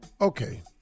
okay